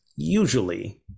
usually